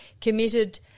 committed